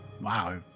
Wow